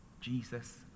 Jesus